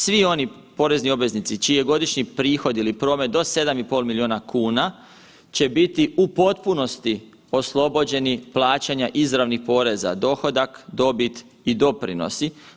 Svi oni porezni obveznici čiji je godišnji prihod ili promet do 7,5 milijuna kuna će biti u potpunosti oslobođeni plaćanja izravnih poreza, dohodak, dobit i doprinosi.